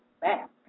back